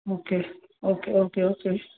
okay okay okay okay